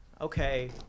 okay